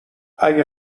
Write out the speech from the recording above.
اگه